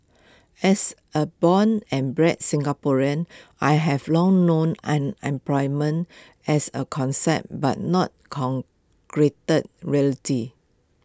as A born and bred Singaporean I have long known unemployment as A concept but not concrete reality